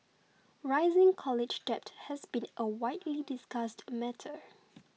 rising college debt has been a widely discussed matter